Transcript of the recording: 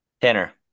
Tanner